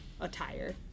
attire